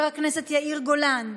נוכחת, חבר הכנסת יאיר גולן,